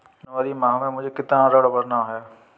जनवरी माह में मुझे कितना ऋण भरना है?